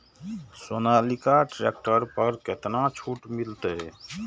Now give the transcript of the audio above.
Sonalika tractor पर केतना छूट मिलते?